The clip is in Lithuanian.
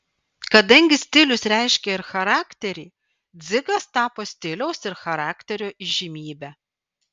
kadangi stilius reiškia ir charakterį dzigas tapo stiliaus ir charakterio įžymybe